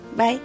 Bye